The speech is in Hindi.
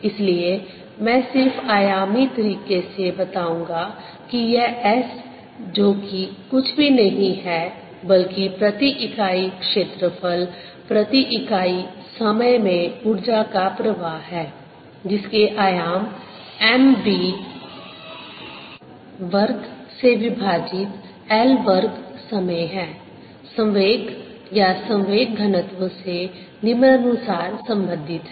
इसलिए मैं सिर्फ आयामी तरीके से बताऊंगा कि यह S जो कि कुछ भी नहीं है बल्कि प्रति इकाई क्षेत्रफल प्रति इकाई समय में ऊर्जा का प्रवाह है जिसके आयाम M v वर्ग से विभाजित L वर्ग समय हैं संवेग या संवेग घनत्व से निम्नानुसार संबंधित है